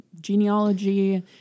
genealogy